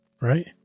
right